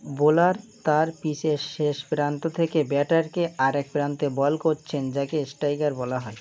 bowler তার পিসের শেষ প্রান্ত থেকে ব্যাটারকে আরেক প্রান্তে বল করছেন যাকে স্টাইকার বলা হয়